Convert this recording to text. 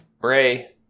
Bray